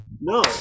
no